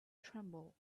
tremble